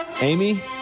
Amy